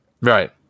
Right